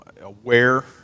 aware